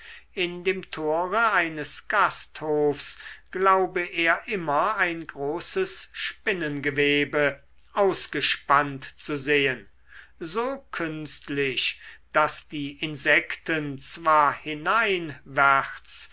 in dem tore eines gasthofs glaube er immer ein großes spinnengewebe ausgespannt zu sehen so künstlich daß die insekten zwar